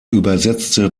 übersetzte